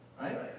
Right